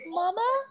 mama